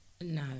No